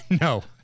No